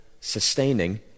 sustaining